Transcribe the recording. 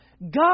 God